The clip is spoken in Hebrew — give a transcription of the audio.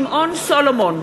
נגד שמעון סולומון,